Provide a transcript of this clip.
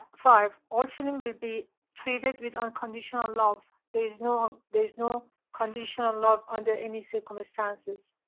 five all children will be treated with unconditional love, there is no, there is no conditional love under any circumstances.